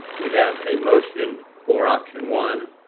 we have a motion for option one,